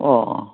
ꯑꯣ